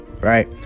right